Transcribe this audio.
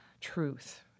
truth